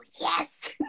yes